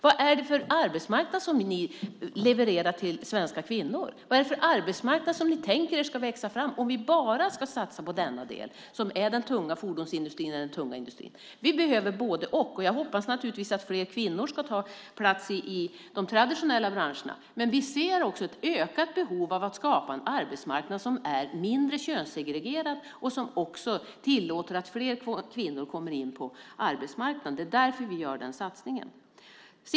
Vad är det för arbetsmarknad som ni levererar till svenska kvinnor? Vad är det för arbetsmarknad som ni tänker er ska växa fram om vi bara satsar på denna del med den tunga fordonsindustrin och den tunga industrin? Vi behöver både-och. Jag hoppas naturligtvis att fler kvinnor ska ta plats i de traditionella branscherna. Men vi ser också ett ökat behov av att skapa en arbetsmarknad som är mindre könssegregerad och som också tillåter att fler kvinnor kommer in på arbetsmarknaden. Det är därför som vi gör den satsningen.